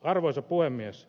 arvoisa puhemies